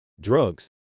drugs